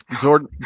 Jordan